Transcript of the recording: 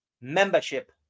membership